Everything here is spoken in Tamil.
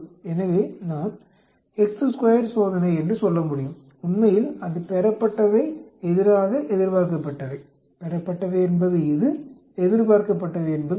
எனவே நான் சோதனை என்று சொல்ல முடியும் உண்மையில் அது பெறப்பட்டவை எதிராக எதிர்பார்க்கப்பட்டவை பெறப்பட்டவை என்பது இது எதிர்பார்க்கப்பட்டவை என்பது இது